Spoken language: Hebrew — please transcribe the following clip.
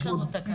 יש לנו תקנון.